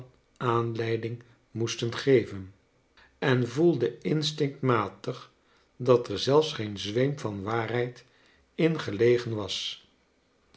aanleiding moesten geven en voelde instinctmatig dat er zelfs geen zweem van waarheid in gelegen was